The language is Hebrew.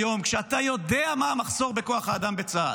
היום, כשאתה יודע מה המחסור בכוח האדם בצה"ל?